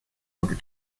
order